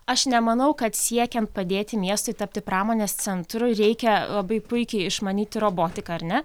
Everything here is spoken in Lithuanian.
aš nemanau kad siekiant padėti miestui tapti pramonės centru reikia labai puikiai išmanyti robotiką ar ne